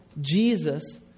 Jesus